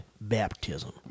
baptism